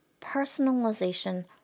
personalization